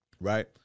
Right